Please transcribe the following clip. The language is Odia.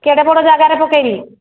କେଡ଼େ ବଡ଼ ଜାଗାରେ ପକାଇବି